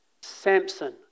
Samson